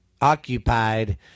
occupied